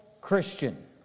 Christian